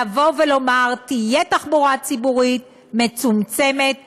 לבוא ולומר: תהיה תחבורה ציבורית מצומצמת בשבת,